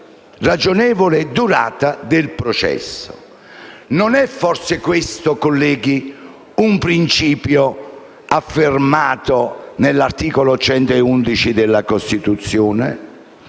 ragionevole durata del processo. Non è forse questo, colleghi, un principio affermato nell'articolo 111 della Costituzione?